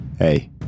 Hey